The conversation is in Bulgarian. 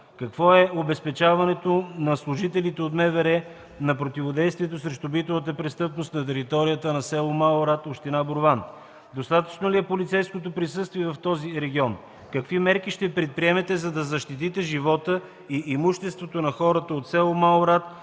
Какво е обезпечаването на служителите от МВР на противодействието срещу битовата престъпност на територията на с. Малорад, община Борован? Достатъчно ли е полицейското присъствие в този регион? Какви мерки ще предприемете, за да защитите живота и имуществото на хората от с. Малорад,